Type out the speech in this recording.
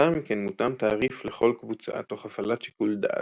לאחר מכן מותאם תעריף לכל קבוצה תוך הפעלת שיקול דעת,